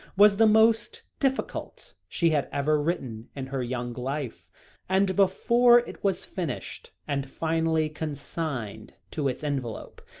was the most difficult she had ever written in her young life and before it was finished, and finally consigned to its envelope,